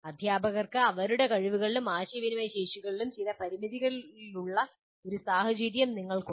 അധ്യാപകർക്ക് അവരുടെ കഴിവുകളിലും ആശയവിനിമയ ശേഷികളിലും ചില പരിമിതികളുള്ള ഒരു സാഹചര്യം നിങ്ങൾക്കുണ്ട്